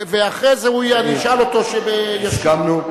ואחרי זה אני אשאל אותו והוא ישיב.